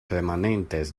remanentes